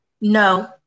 no